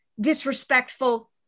disrespectful